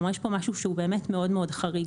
כלומר, יש כאן משהו שהוא באמת מאוד מאוד חריג.